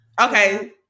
Okay